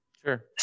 Sure